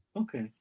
Okay